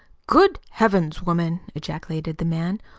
good heavens, woman! ejaculated the man.